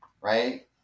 right